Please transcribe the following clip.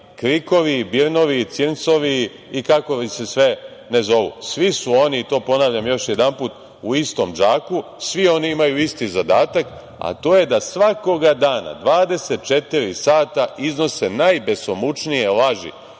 krikovi, birnovi, cinsovi i kako se sve ne zovu. Svi su oni, i to ponavljam još jedanput, u istom džaku, svi oni imaju isti zadatak, a to je da svakoga dana, 24 sata iznose najbesomučnije laži,